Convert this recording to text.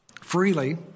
freely